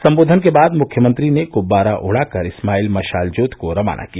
सम्बोधन के बाद मुख्यमंत्री ने गुब्बारा उड़ा कर स्माइल मशाल ज्योति को रवाना किया